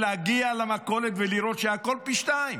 יגיע למכולת ויראה שהכול פי שניים?